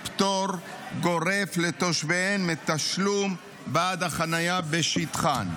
פטור גורף לתושביהן מתשלום בעד החנייה בשטחן.